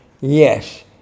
Yes